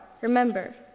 remember